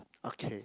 okay